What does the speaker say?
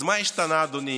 אז מה השתנה, אדוני,